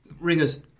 ringers